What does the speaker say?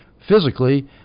physically